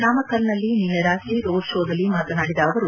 ನಾಮಕಲ್ನಲ್ಲಿ ನಿನ್ನೆ ರಾತ್ರಿ ರೋಡ್ ಶೋದಲ್ಲಿ ಮಾತನಾಡಿದ ಅವರು